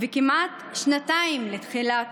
כמעט שנתיים לתחילת